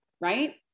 right